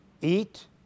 Eat